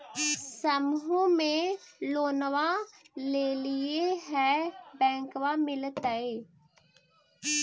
समुह मे लोनवा लेलिऐ है बैंकवा मिलतै?